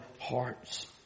hearts